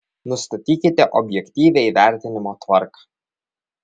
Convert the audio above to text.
nustatykite objektyvią įvertinimo tvarką